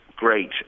Great